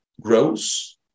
grows